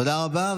תודה רבה.